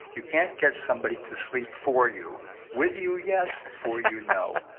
you can't get somebody to sleep for you with you, yes for you, no.